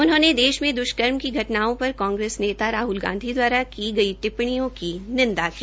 उन्होंने देश में द्ष्कर्म की घटनाओं पर कांग्रेस नेता राहल गांधी दवारा की गई टिप्पीणियों की निंदा की